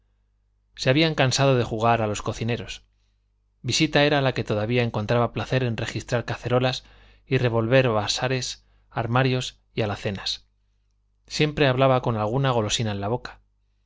se habían cansado de jugar a los cocineros visita era la que todavía encontraba placer en registrar cacerolas y revolver vasares armarios y alacenas siempre hablaba con alguna golosina en la boca